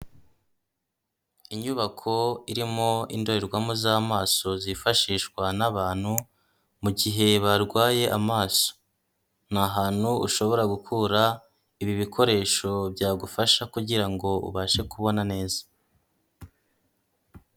Inyubako irimo indorerwamo z'amaso zifashishwa n'abantu mu gihe barwaye amaso, ni ahantu ushobora gukura ibi bikoresho byagufasha kugira ngo ubashe kubona neza.